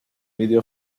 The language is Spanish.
video